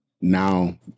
now